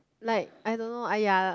like I don't know !aiya!